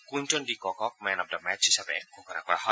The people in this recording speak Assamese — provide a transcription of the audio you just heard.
Quinton de Kock man of the match হিচাপে ঘোষণা কৰা হয়